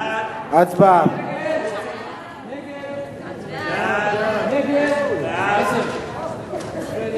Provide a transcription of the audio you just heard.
ההצעה להעביר את הצעת חוק חובת גילוי לגבי מי שנתמך על-ידי ישות